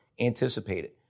anticipated